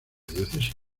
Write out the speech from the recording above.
diócesis